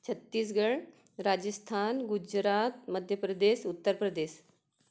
Chhattisgarh Rajasthan Gujarat Madhya Pradesh Uttar Pradesh